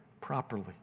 properly